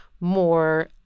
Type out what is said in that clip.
more